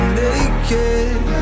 naked